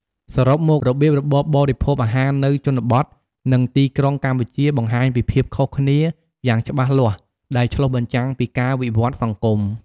សរុបមក របៀបរបបរិភោគអាហារនៅជនបទ និងទីក្រុងកម្ពុជាបង្ហាញពីភាពខុសគ្នាយ៉ាងច្បាស់លាស់ដែលឆ្លុះបញ្ចាំងពីការវិវត្តន៍សង្គម។